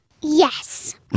Yes